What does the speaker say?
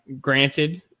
granted